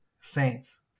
Saints